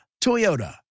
Toyota